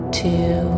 two